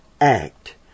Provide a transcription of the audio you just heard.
act